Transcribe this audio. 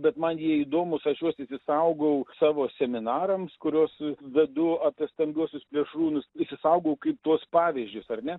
bet man jie įdomūs aš juos išsisaugojau savo seminarams kuriuos vedu apie stambiuosius plėšrūnus išsisaugojau kaip tuos pavyzdžiui ar ne